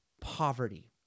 poverty